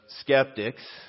skeptics